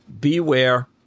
beware